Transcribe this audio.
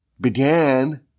began